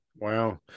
Wow